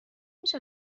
میشه